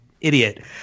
idiot